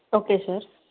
okay sir